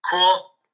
Cool